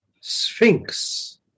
sphinx